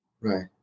Right